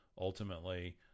ultimately